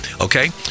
Okay